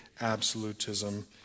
absolutism